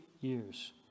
years